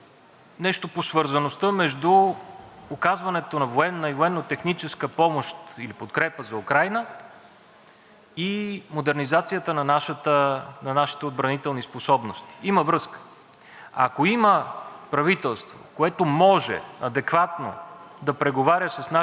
и модернизацията на нашите отбранителни способности. Има връзка. Ако има правителство, което може адекватно да преговаря с нашите съюзници и да се възползва от програмите за съюзническа взаимопомощ, можем да